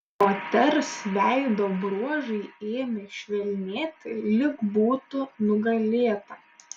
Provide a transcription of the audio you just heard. moters veido bruožai ėmė švelnėti lyg būtų nugalėta